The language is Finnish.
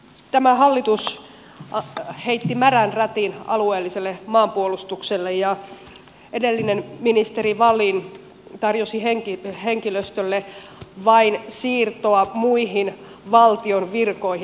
tämä hallitus heitti märän rätin alueelliselle maanpuolustukselle ja edellinen ministeri wallin tarjosi henkilöstölle vain siirtoa muihin valtion virkoihin